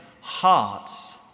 hearts